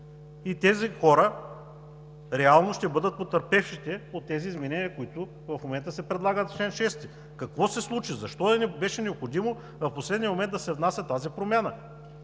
Тези хора реално ще бъдат потърпевшите от тези изменения, които в момента се предлагат в чл. 6. Какво се случи? Защо беше необходимо в последния момент да се внася тази промяна?